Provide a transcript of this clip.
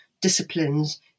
disciplines